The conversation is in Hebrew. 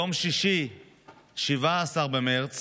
ביום שישי 17 במרץ